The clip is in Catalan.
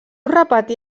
repetí